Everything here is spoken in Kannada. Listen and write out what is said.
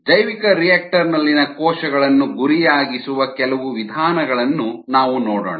ಜೈವಿಕರಿಯಾಕ್ಟರ್ ನಲ್ಲಿನ ಕೋಶಗಳನ್ನು ಗುರಿಯಾಗಿಸುವ ಕೆಲವು ವಿಧಾನಗಳನ್ನು ನಾವು ನೋಡೋಣ